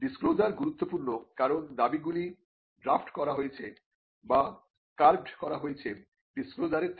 disclosure গুরুত্বপূর্ণ কারণ দাবিগুলি ড্রাফ্ট করা হয়েছে বা কার্ভড্ করা হয়েছে ডিসক্লোজারের থেকে